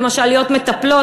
למשל להיות מטפלות,